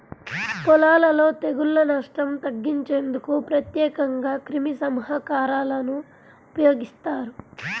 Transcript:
పొలాలలో తెగుళ్ల నష్టం తగ్గించేందుకు ప్రత్యేకంగా క్రిమిసంహారకాలను ఉపయోగిస్తారు